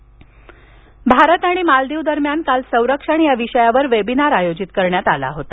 Maldives webinar Bharat आणि मालदीव दरम्यान काल संरक्षण या विषयावर वेबिनार आयोजित करण्यात आला होता